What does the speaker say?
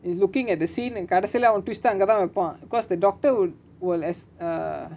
is looking at the scene uh கடைசில அவ:kadaisila ava twist ah அங்கதா வைப்பா:angatha vaipaa cause the doctor would will as err